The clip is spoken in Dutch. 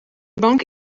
bank